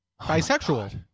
bisexual